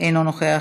אינו נוכח,